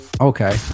Okay